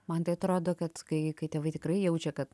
man tai atrodo kad kai kai tėvai tikrai jaučia kad